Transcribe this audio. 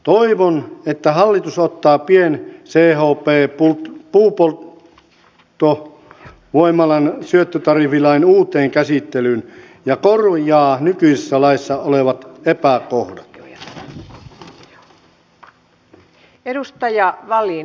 toivon että hallitus ottaa pien chp puupolttovoimalan syöttötariffilain uuteen käsittelyyn ja korjaa nykyisessä laissa olevat epäkohdat